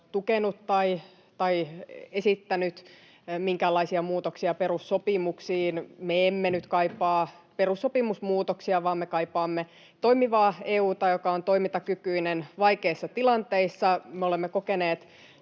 tukenut tai esittänyt minkäänlaisia muutoksia perussopimuksiin. Me emme nyt kaipaa perussopimusmuutoksia, vaan me kaipaamme toimivaa EU:ta, joka on toimintakykyinen vaikeissa tilanteissa. Me olemme kokeneet